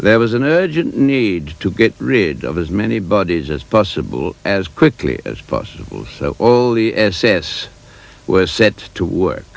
there was an urgent need to get rid of as many bodies as possible as quickly as possible so all the s s was set to work